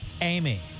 Amy